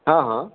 हँ हँ